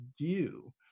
view